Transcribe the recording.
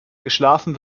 geschlafen